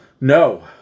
No